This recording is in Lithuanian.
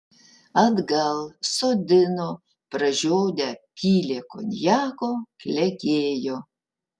atgal sodino pražiodę pylė konjako klegėjo